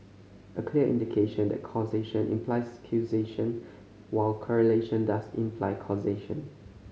a clear indication that causation implies causation while correlation does imply causation